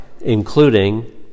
including